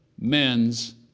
men's